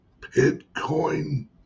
Bitcoin